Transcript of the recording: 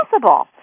possible